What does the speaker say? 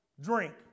drink